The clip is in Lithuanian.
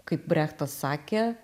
kaip brechtas sakė